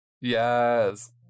Yes